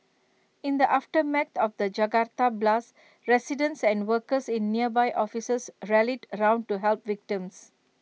in the aftermath of the Jakarta blasts residents and workers in nearby offices rallied round to help victims